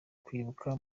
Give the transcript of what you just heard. kwibuka